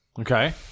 Okay